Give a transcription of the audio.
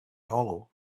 hollow